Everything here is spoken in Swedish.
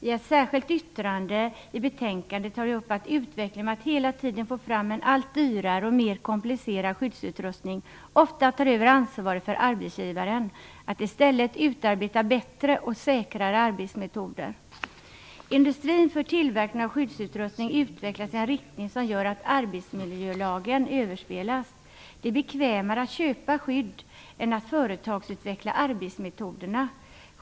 I ett särskilt yttrande i betänkandet tar vi upp frågan om att utvecklingen med en allt dyrare och mer komplicerad skyddsutrustning ofta befriar arbetsgivaren från ansvaret att i stället utarbeta bättre och säkrare arbetsmetoder. Industrin för tillverkning av skyddsutrustning utvecklas i en riktning som gör att arbetsmiljölagen överspelas. Det är bekvämare att köpa skydd än att företagsutveckla arbetsmetoderna.